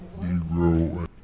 Negro